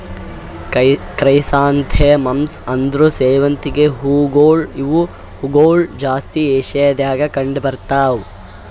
chrysanthemums ಅಂದುರ್ ಸೇವಂತಿಗೆ ಹೂವುಗೊಳ್ ಇವು ಹೂಗೊಳ್ ಜಾಸ್ತಿ ಏಷ್ಯಾದಾಗ್ ಕಂಡ್ ಬರ್ತಾವ್